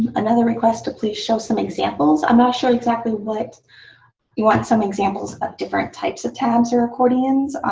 another request to please show some examples. i'm not sure exactly what you want some examples of different types of tabs or accordions?